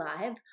live